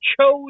chose